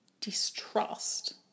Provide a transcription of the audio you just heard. distrust